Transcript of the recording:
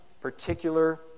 particular